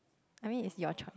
I mean is your choice